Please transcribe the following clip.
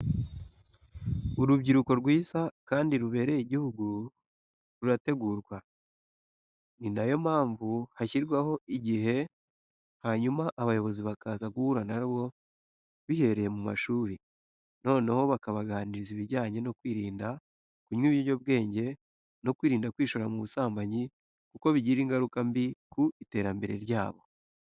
Urubyiruko rwiza kandi rubereye igihugu rurategurwa, ni na yo mpamvu hashyirwaho igihe hanyuma abayobozi bakaza guhura na rwo bihereye mu mashuri, noneho bakabaganiriza ibijyanye no kwirinda kunywa ibiyobyabwenge, no kwirinda kwishora mu busambanyi kuko bigira ingaruka mbi ku iterambere ryabo.